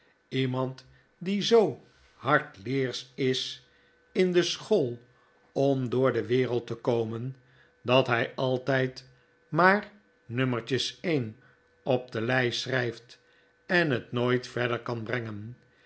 iemand die zoo hardleersch is in de school om door de wereld te komen dat hij altijd maar nummertjes een op de lei schrijft en het nooit verder kan brengen